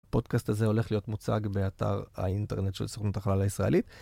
הפודקאסט הזה הולך להיות מוצג באתר האינטרנט של סוכנות החלל הישראלית.